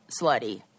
slutty